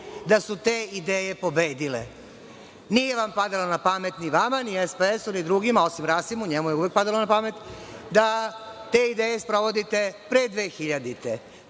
Da su te ideje pobedile. Nije vam padalo na pamet ni vama, ni SPS, ni drugima, osim Rasimu, njemu je uvek padalo na pamet, da te ideje sprovodite pre 2000.